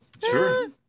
Sure